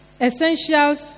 Essentials